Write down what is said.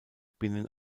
binnen